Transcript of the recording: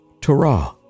Torah